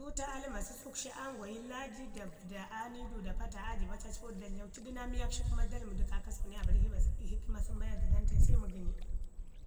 Duuto aa ləma səsuk shi aa ngwayi laaji da vəda aa ni du da pata aa jiba cacpau da dlauci du naa miyak shi kuma da ləmu du kaakasku ne aa ramek shi hikima sən baya zəgan tai se həgənyi.